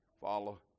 follow